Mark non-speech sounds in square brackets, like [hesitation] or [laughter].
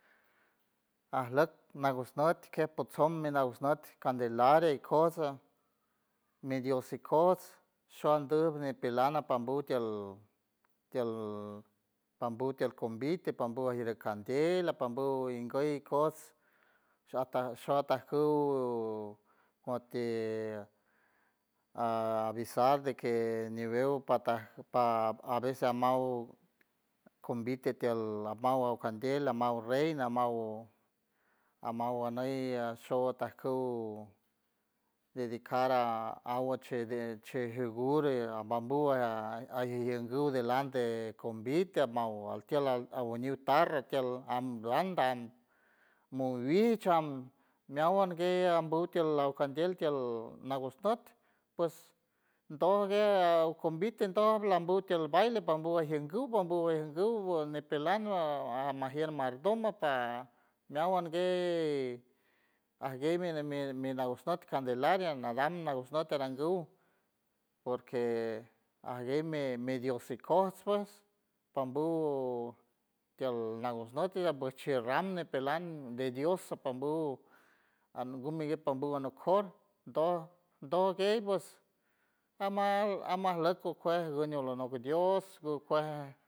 Ajleck nagusnut kejpotson mi nagush nut candelaria ikojts mi dios ikojts shuandü ñipelan napambu tield, [hesitation] tield pambu tiel combite pambu ajrien tiel candela pambu inguey ikojts sho atajku moti [hesitation] a- avisar de que ñiwew pataj paj a veces amaw combite tield amaw candela amaw reina amaw amaw anei ashowa tajkuw dedicar a- awache de che segure ambambuw ajguiey guy delante combite amaw altiel awañiw tarro tiel amblanda am monguich am meawan gue ambuw tield alcandiel nagushnüt ps doj gue a combite ndoj lambuw tiel baile pambu ajegu ñipelan ajmajier mardomo par meawan gue ajgue mi- mi nagusnot candelaria nadam nagusnot porque ajgue me- medio sikojts pues pambu tiel nagusnot nchiel ran ñipelan de dios sapambu algún mi gue pambu anojcor doj dojguey pues ama- amajleck ukuej nguen alonok gud dios ukuej.